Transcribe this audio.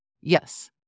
Yes